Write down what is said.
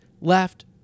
left